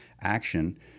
action